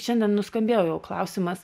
šiandien nuskambėjo jau klausimas